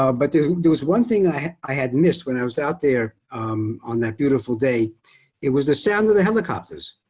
um but there there was one thing i had missed when i was out there on that beautiful day it was the sound of the helicopters.